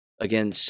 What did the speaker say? Again